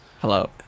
hello